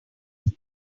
did